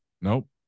nope